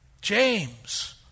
James